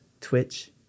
twitch